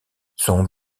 son